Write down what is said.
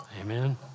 amen